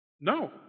No